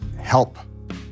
help